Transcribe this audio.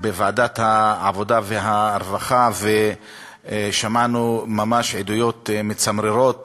בוועדת העבודה והרווחה, ושמענו ממש עדויות מצמררות